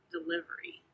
delivery